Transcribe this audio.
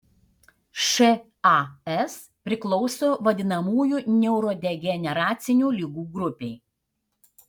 šas priklauso vadinamųjų neurodegeneracinių ligų grupei